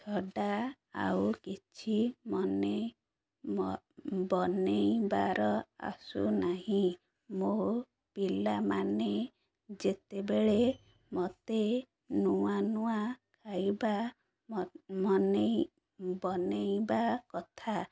ଛଡ଼ା ଆଉ କିଛି ମନେ ମ ବନେଇବାର ଆସୁନାହିଁ ମୋ ପିଲାମାନେ ଯେତେବେଳେ ମୋତେ ନୂଆ ନୂଆ ଖାଇବା ମ ମନେଇ ବନେଇବା କଥା